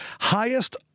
Highest